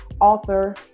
author